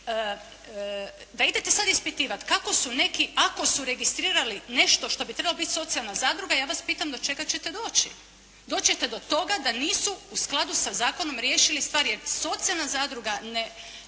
da idete sada ispitivat kako su neki, ako su registrirali nešto što bi trebala biti socijalna zadruga, ja vas pitam do čega ćete doći? Doći ćete do toga da nisu u skladu sa zakonom riješili stvari jer socijalna zadruga ne